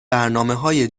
برنامههای